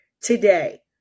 today